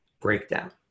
breakdown